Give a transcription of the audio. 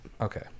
Okay